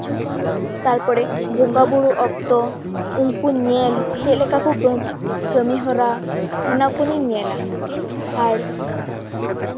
ᱛᱟᱨᱯᱚᱨᱮ ᱵᱚᱸᱜᱟᱵᱩᱨᱩ ᱚᱠᱛᱚ ᱩᱱᱠᱩ ᱧᱮᱞ ᱪᱮᱫ ᱞᱮᱠᱟᱠᱚ ᱠᱟᱹᱢᱤ ᱠᱟᱢᱤ ᱦᱚᱨᱟ ᱚᱱᱟ ᱠᱚᱜᱤᱧ ᱧᱮᱞᱟ ᱟᱨ